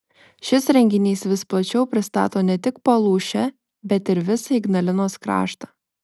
šis renginys vis plačiau pristato ne tik palūšę bet ir visą ignalinos kraštą